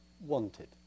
wanted